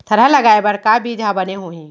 थरहा लगाए बर का बीज हा बने होही?